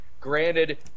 Granted